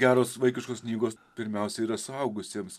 geros vaikiškos knygos pirmiausia yra suaugusiems